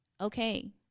Okay